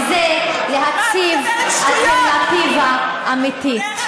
משלכם, וזה להציב אלטרנטיבה אמיתית.